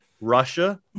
russia